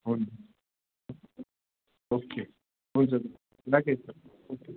हुन्छ ओके हुन्छ राखे है त